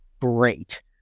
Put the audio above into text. great